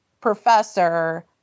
professor